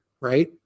right